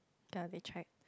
ya we tried